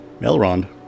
Elrond